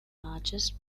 largest